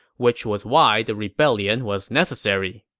which was why the rebellion was necessary.